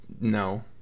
No